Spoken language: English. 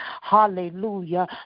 hallelujah